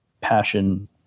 passion